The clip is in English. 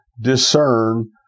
discern